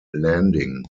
landing